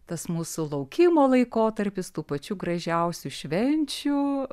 tas mūsų laukimo laikotarpis tų pačių gražiausių švenčių